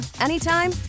anytime